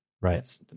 right